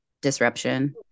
disruption